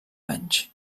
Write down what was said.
anys